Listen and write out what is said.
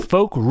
Folk